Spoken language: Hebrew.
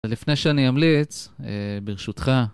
לפני שאני אמליץ, ברשותך...